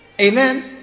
Amen